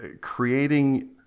creating